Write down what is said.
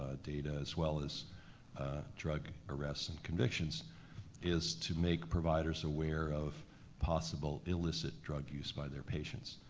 ah data as well as drug arrests and convictions is to make providers aware of possible illicit drug use by their patients.